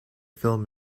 film